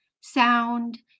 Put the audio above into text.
sound